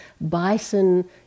bison